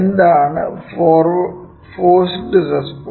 എന്താണ് forced response